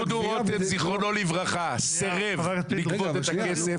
דודו רותם זכרונו לברכה סירב לגבות את הכסף.